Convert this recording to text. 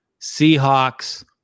Seahawks